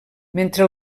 mentre